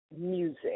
music